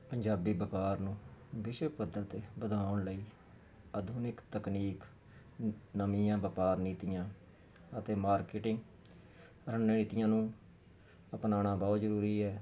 ਪੰਜਾਬੀ ਵਪਾਰ ਨੂੰ ਵਿਸ਼ਵ ਪੱਧਰ 'ਤੇ ਵਧਾਉਣ ਲਈ ਆਧੁਨਿਕ ਤਕਨੀਕ ਨਵੀਆਂ ਵਪਾਰ ਨੀਤੀਆਂ ਅਤੇ ਮਾਰਕੀਟਿੰਗ ਰਣਨੀਤੀਆਂ ਨੂੰ ਅਪਣਾਉਣਾ ਬਹੁਤ ਜ਼ਰੂਰੀ ਹੈ